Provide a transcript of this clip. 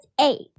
eight